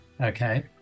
Okay